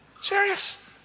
Serious